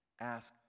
ask